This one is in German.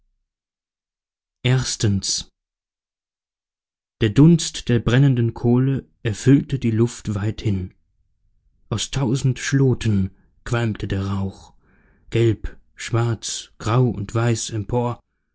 der dunst der brennenden kohle erfüllte die luft weithin aus tausend schloten qualmte der rauch gelb schwarz grau und weiß empor